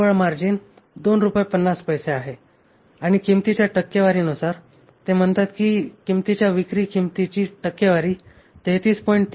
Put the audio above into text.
निव्वळ मार्जिन 2 रूपये 50 पैसे आहे आणि किंमतीच्या टक्केवारीनुसार ते म्हणतात की किंमतीच्या विक्री किंमतीची टक्केवारी ही 33